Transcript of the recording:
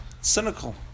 cynical